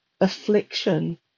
affliction